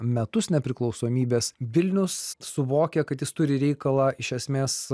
metus nepriklausomybės vilnius suvokia kad jis turi reikalą iš esmės